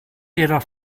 jedoch